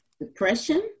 depression